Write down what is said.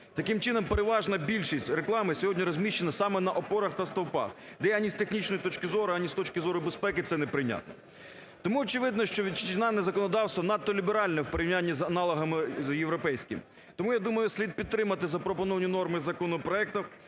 Таким чином переважна більшість реклами сьогодні розміщена саме на опорах та стовпах, де ані з технічної точки зору, ані з точки зору безпеки це не прийнятно. Тому очевидно, що вітчизняне законодавство надто ліберальне в порівнянні з аналогами європейськими. Тому, я думаю, слід підтримати запропоновані норми законопроекту